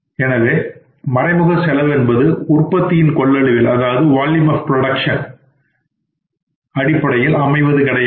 எனவே மறைமுக செலவு என்பது உற்பத்தியின் கொள்ளளவில் அடிப்படையில் அமைவது கிடையாது